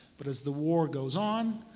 but as the war goes on,